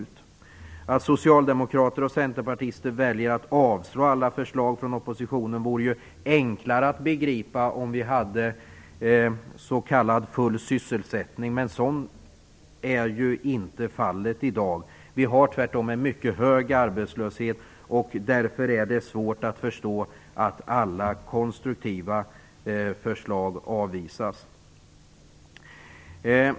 Det hade varit lättare att begripa varför socialdemokrater och centerpartister väljer att avslå alla förslag från oppositionen om vi hade s.k. full sysselsättning, men så är ju inte fallet i dag. Vi har tvärtom en mycket hög arbetslöshet. Därför är det svårt att förstå att alla konstruktiva förslag avvisas.